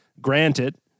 Granted